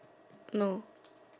no